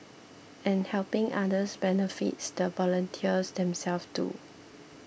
and helping others benefits the volunteers themselves too